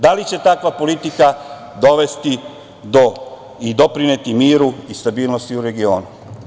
Da li će takva politika dovesti i doprineti miru i stabilnosti u regionu?